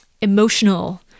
emotional